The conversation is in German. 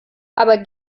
aber